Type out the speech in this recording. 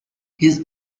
his